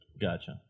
Gotcha